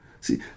See